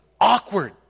awkward